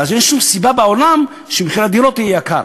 ואז אין שום סיבה בעולם שמחיר הדירות יהיה גבוה.